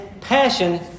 passion